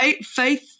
Faith